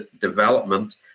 development